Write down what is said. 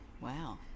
Wow